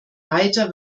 weiter